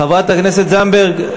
חברת הכנסת זנדברג,